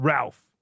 Ralph